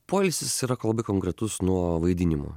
poilsis yra labai konkretus nuo vaidinimų